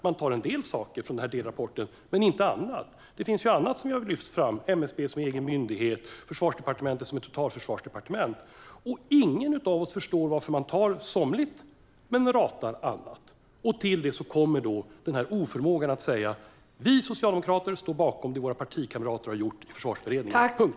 Man tar en del saker från delrapporten men inte annat. Det finns annat som vi har lyft fram: MSB som egen myndighet och Försvarsdepartementet som ett totalförsvarsdepartement. Ingen av oss förstår varför man tar somligt men ratar annat. Till det kommer oförmågan att säga: Vi socialdemokrater står bakom det våra partikamrater har gjort i Försvarsberedningen. Punkt.